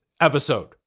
episode